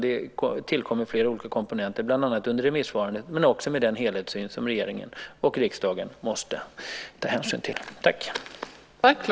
Det tillkommer flera olika komponenter, bland annat under remissförfarandet men också med den helhetssyn som regeringen och riksdagen måste ta hänsyn till.